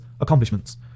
accomplishments